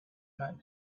mouth